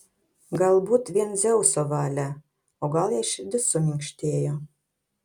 galbūt vien dzeuso valia o gal jai širdis suminkštėjo